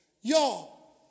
Y'all